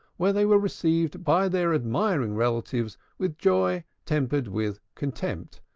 where they were received by their admiring relatives with joy tempered with contempt,